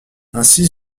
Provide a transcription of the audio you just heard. ainsi